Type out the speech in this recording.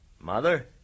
Mother